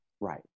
Right